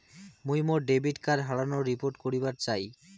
মুই মোর debit card হারানোর রিপোর্ট করিবার চাই